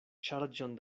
ŝarĝon